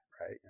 right